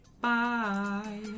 Bye